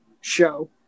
show